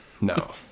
No